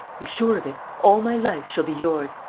be sure of it. all my life shall be yours.